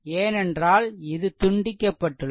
ஏனென்றால் இது துண்டிக்கப்பட்டுள்ளது